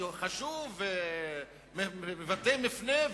שהוא חשוב ומבטא מפנה,